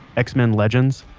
x-men legends.